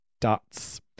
dots